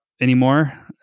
anymore